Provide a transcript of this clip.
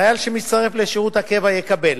חייל שמצטרף לשירות הקבע יקבל,